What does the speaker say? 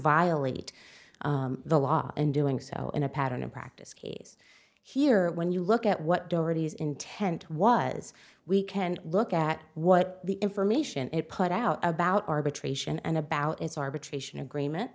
violate the law and doing so in a pattern of practice case here when you look at what dorothy's intent was we can look at what the information it put out about arbitration and about its arbitration agreement